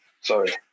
Sorry